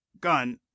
Gun